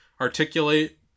articulate